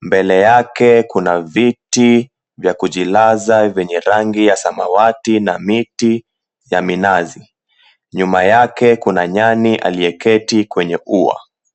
Mbele yake kuna viti vya kujilaza vyenye rangi ya samawati na miti ya minazi. Nyuma yake kuna nyani aliyeketi kwenye ua.